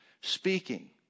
Speaking